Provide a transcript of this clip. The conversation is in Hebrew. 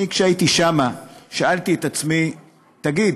אני, כשהייתי שם שאלתי את עצמי: תגיד,